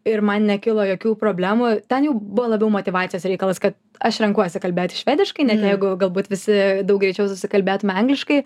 ir man nekilo jokių problemų ten jau buvo labiau motyvacijos reikalas kad aš renkuosi kalbėti švediškai net jeigu galbūt visi daug greičiau susikalbėtume angliškai